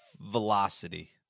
velocity